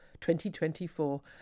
2024